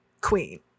queen